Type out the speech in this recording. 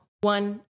one